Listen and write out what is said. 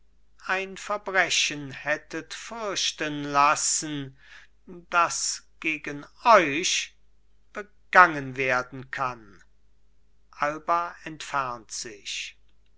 ein verbrechen hättet fürchten lassen das gegen euch begangen werden kann alba entfernt sich